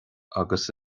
agus